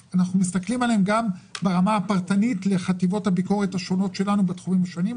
זה מטופל ברמה הפרטנית בחטיבות הביקורת השונות שלנו בתחומים השונים.